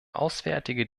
auswärtige